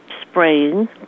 spraying